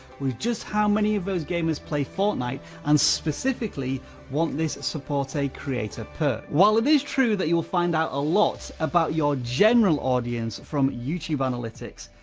was just how many of those gamers play fortnight, and specifically want this support-a-creator pack. while it is true that you will find out a lot about your general audience from youtube analytics,